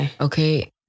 Okay